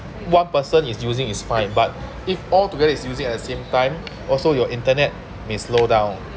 one person is using is fine but if altogether is using at the same time also your internet may slow down